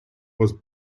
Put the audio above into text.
was